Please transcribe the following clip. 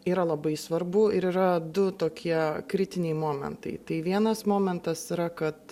yra labai svarbu ir yra du tokie kritiniai momentai tai vienas momentas yra kad